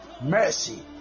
mercy